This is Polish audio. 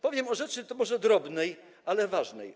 Powiem o rzeczy może drobnej, ale ważnej.